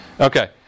Okay